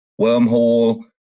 wormhole